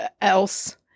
else